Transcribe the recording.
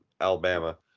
Alabama